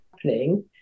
happening